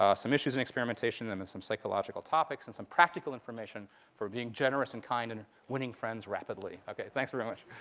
ah some issues in experimentation, and some psychological topics, and some practical information for being generous and kind and winning friends rapidly. ok, thanks very much.